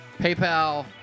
PayPal